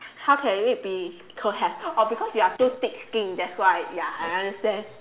how can it be don't have oh because you are too thick skin that's why ya I understand